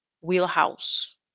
wheelhouse